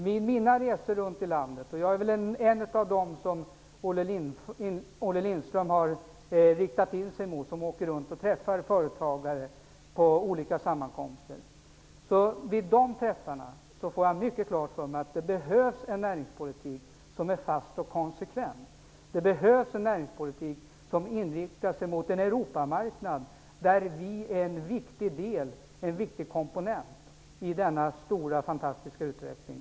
Vid mina resor runt om i landet -- jag är väl en av dem som Olle Lindström riktar in sig på -- träffar jag vid olika förekomster företagare, och jag får då klart för mig att det behövs en näringspolitik som är fast och konsekvent, en näringspolitik som är inriktad på en Europamarknad, där Sverige är en viktig komponent i den stora, fantastiska utvecklingen.